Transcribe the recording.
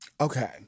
Okay